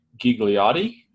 Gigliotti